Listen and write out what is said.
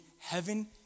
heaven